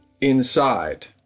inside